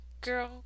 Girl